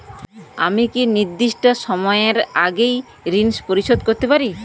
আমি কি নির্দিষ্ট সময়ের আগেই ঋন পরিশোধ করতে পারি?